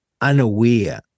unaware